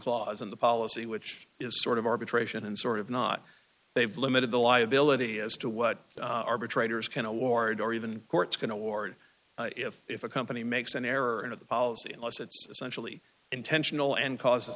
clause in the policy which is sort of arbitration and sort of not they've limited the liability as to what arbitrators can award or even court's going toward if if a company makes an error and at the policy unless it's essentially intentional and cause